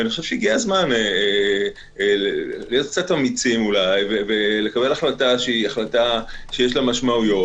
אני חושב שהגיע הזמן להיות אמיצים ולקבל החלטה שיש לה משמעויות.